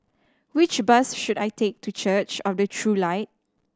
which bus should I take to Church of the True Light